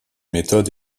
méthode